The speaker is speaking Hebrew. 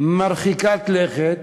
מרחיקת לכת,